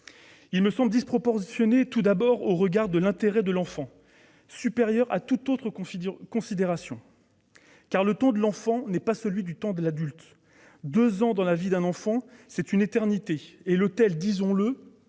me semble disproportionné, tout d'abord, au regard de l'intérêt de l'enfant, supérieur à toute autre considération. En effet, le temps de l'enfant n'est pas celui de l'adulte. Deux ans, dans la vie d'un enfant, c'est une éternité ! En outre, disons-le,